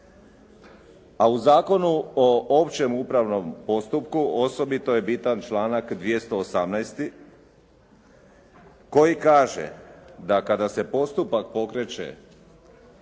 A u Zakonu o općem upravnom postupku osobito je bitan članak 218. koji kaže da kada se postupak pokreće